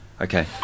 Okay